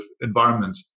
environment